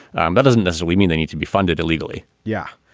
um that doesn't necessarily mean they need to be funded illegally yeah,